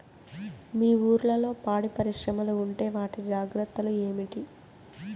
మీ ఊర్లలో పాడి పరిశ్రమలు ఉంటే వాటి జాగ్రత్తలు ఏమిటి